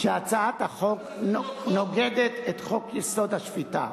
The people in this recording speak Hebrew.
שהצעת החוק נוגדת את חוק-יסוד: השפיטה,